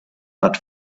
but